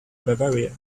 bavaria